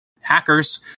hackers